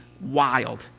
wild